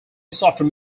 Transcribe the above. software